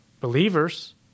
believers